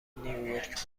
نییورک